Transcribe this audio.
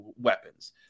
weapons